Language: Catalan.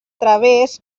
través